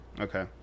Okay